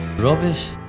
Rubbish